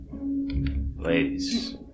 Ladies